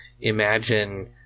imagine